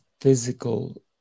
physical